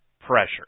pressure